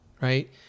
right